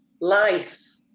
Life